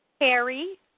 Harry